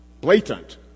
blatant